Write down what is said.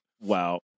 Wow